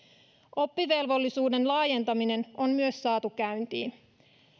oppivelvollisuuden laajentaminen on myös saatu käyntiin